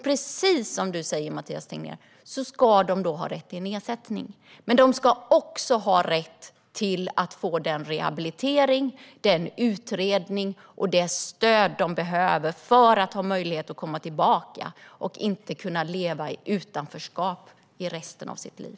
Precis som Mathias Tegnér sa ska de har rätt till ersättning, men de ska också ha rätt att få den rehabilitering, den utredning och det stöd de behöver för att ha möjlighet att komma tillbaka och inte leva i utanförskap i resten av sina liv.